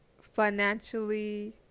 financially